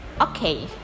okay